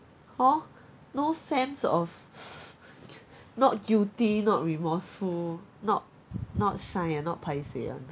hor no sense of not guilty not remorseful not not shy ah not paiseh [one]